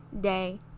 day